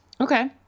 okay